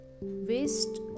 Waste